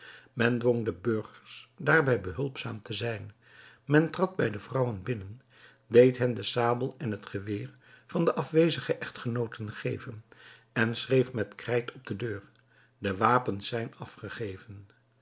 men dwong de burgers daarbij behulpzaam te zijn men trad bij de vrouwen binnen deed hen de sabel en het geweer van de afwezige echtgenooten geven en schreef met krijt op de deur de wapens zijn afgegeven